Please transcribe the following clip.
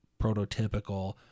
prototypical